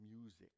music